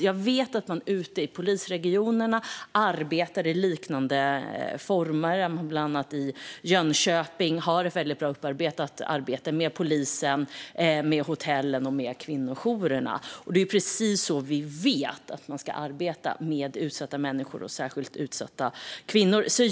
Jag vet att man ute i polisregionerna arbetar i liknande former. Bland annat i Jönköping har polisen ett bra upparbetat samarbete med hotellen och kvinnojourerna. Det är precis så vi vet att man ska arbeta med utsatta människor, särskilt utsatta kvinnor.